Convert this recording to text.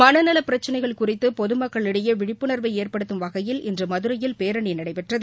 மனநல பிரச்சினைகள் குறித்து பொதுமக்களிடையே விழிப்புணர்வை ஏற்படுத்தும் வகையில் இன்று மதுரையில் பேரணி நடைபெற்றது